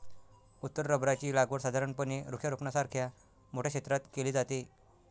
उत्तर रबराची लागवड साधारणपणे वृक्षारोपणासारख्या मोठ्या क्षेत्रात केली जाते